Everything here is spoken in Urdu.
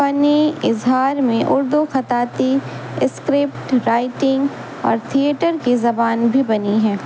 فنی اظہار میں اردو خطاتی اسکرپٹ رائٹنگ اور تھیئیٹر کی زبان بھی بنی ہے